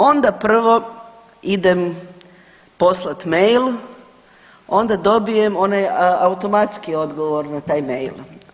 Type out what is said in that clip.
Onda prvo idem poslati mail, onda dobijem onaj automatski odgovor na taj mail.